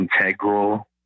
integral